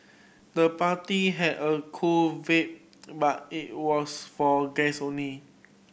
the party had a cool vibe but it was for guests only